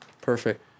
perfect